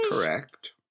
Correct